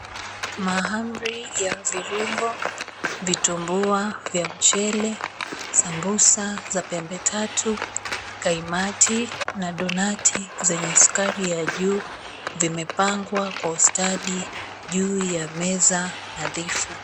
Mahamri ya mviringo, vitumbua vya mchele, sambusa za pembe tatu, kaimati na donati zenye sukari ya juu vimepangwa kwa ustadi juu ya meza nadhifu.